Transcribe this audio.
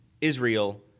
Israel